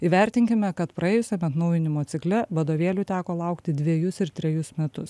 įvertinkime kad praėjusiame atnaujinimo cikle vadovėlių teko laukti dvejus ir trejus metus